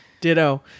Ditto